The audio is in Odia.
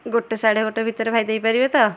ଗୋଟେ ସାଢ଼େ ଗୋଟେ ଭିତରେ ଭାଇ ଦେଇପାରିବେ ତ